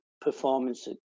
performance